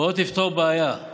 באות לפתור בעיה.